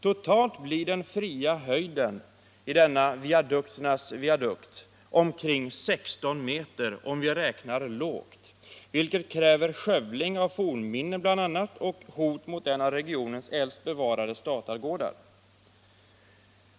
Totalt blir den fria höjden i denna viadukternas viadukt omkring 16 meter, om vi räknar lågt, vilket kräver skövling av fornminnen bl.a. och utgör ett hot mot en av regionens äldsta bevarade statargårdar.